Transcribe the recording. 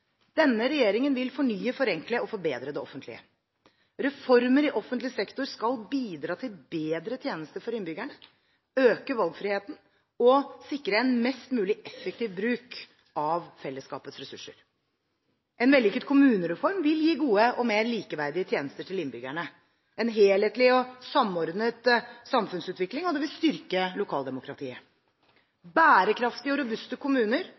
Denne regjeringen vil fornye, forenkle og forbedre det offentlige. Reformer i offentlig sektor skal bidra til bedre tjenester for innbyggerne, øke valgfriheten og sikre en mest mulig effektiv bruk av fellesskapets ressurser. En vellykket kommunereform vil gi gode og mer likeverdige tjenester til innbyggerne, en helhetlig og samordnet samfunnsutvikling og styrke lokaldemokratiet. Bærekraftige og robuste kommuner